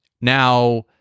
Now